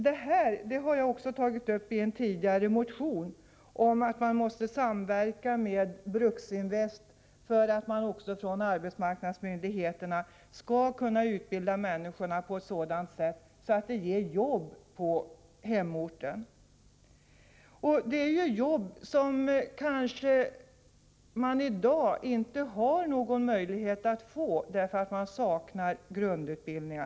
Detta har jag även tagit uppi en tidigare motion om samverkan med Bruksinvest för att arbetsmarknadsmyndigheten skall kunna ge människor en utbildning som leder till jobb på hemorten. Det gäller jobb som man i dag kanske inte har någon möjlighet att få, därför att man saknar grundutbildning.